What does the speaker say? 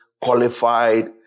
qualified